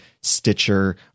Stitcher